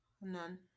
none